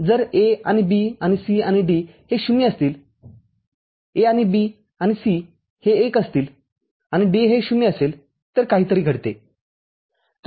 जर A आणि B आणि C आणि D हे ० असतीलA आणि B आणि C हे १ असतील आणि D हे ० असेलतर काहीतरी घडते